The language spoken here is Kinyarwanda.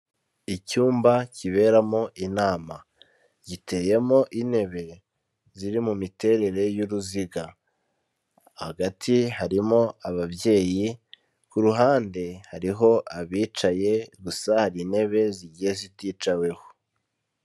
Icyumba kiberamo inama, giteyemo intebe ziri mu miterere y'uruziga. Hagati harimo ababyeyi, ku ruhande hariho abicaye gusa hari intebe zigiye ziticaweho.